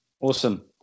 Awesome